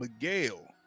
Miguel